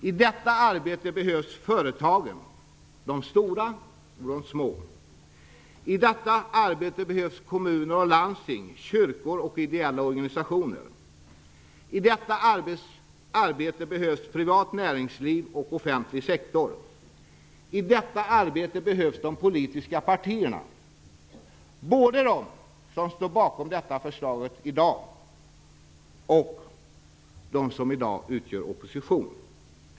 I detta arbete behövs företagen, de stora och de små. I detta arbete behövs kommuner och landsting, kyrkor och ideella organisationer. I detta arbete behövs privat näringsliv och offentlig sektor. I detta arbete behövs de politiska partierna, både de som står bakom förslaget i dag och de som i dag utgör opposition.